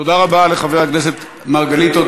תודה רבה לחבר הכנסת מרגלית.